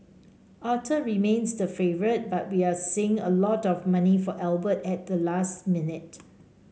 Arthur remains the favourite but we're seeing a lot of money for Albert at the last minute